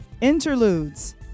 Interludes